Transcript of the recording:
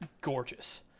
gorgeous